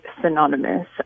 synonymous